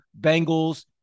Bengals